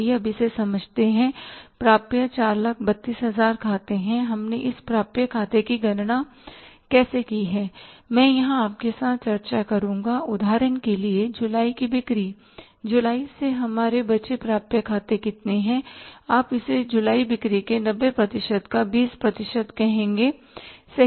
आइए अब इसे समझते हैं प्राप्य 432000 खाते हैं हमने इस प्राप्य खाते की गणना कैसे की है मैं यहां आपके साथ चर्चा करूँगा उदाहरण के लिए जुलाई की बिक्री जुलाई से हमारे बचे प्राप्य खाते कितने हैं आप इसे जुलाई बिक्री के 90 प्रतिशत का 20 प्रतिशत कहेंगे सही है